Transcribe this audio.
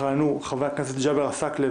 יכהנו חברי הכנסת ג'אבר עסקאלה,